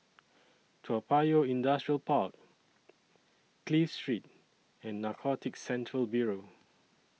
Toa Payoh Industrial Park Clive Street and Narcotics Central Bureau